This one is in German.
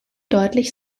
deutlich